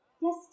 Yes